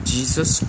Jesus